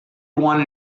one